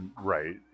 right